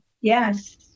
yes